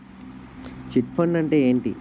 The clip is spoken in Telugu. చిట్ ఫండ్ అంటే ఏంటి?